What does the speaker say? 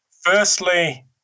Firstly